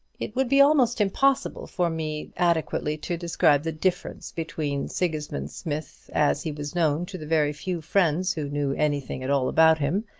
it would be almost impossible for me adequately to describe the difference between sigismund smith as he was known to the very few friends who knew anything at all about him,